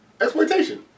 exploitation